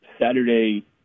Saturday